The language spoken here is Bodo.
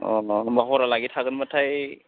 अ अ होमब्ला हरालागै थागोनब्लाथाय